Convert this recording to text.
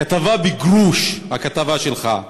כתבה בגרוש, הכתבה שלך.